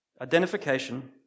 Identification